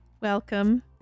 welcome